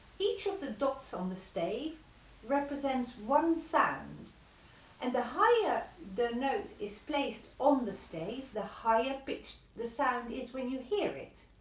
each of the dots on the stave represents one sound and the higher the note is placed on the stave the higher pitched the sound is when you hear it,